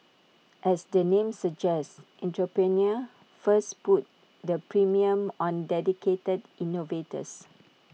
as the name suggests Entrepreneur First puts the premium on dedicated innovators